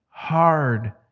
hard